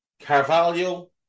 Carvalho